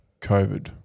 COVID